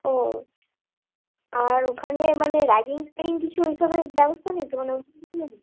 ও আর ওখানে মানে র্যাগিং ট্যাগিং কিছু ওই সবের ব্যবস্থা নেই তো মানে ওই সব কিছু নেই